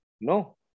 No